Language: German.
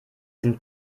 sind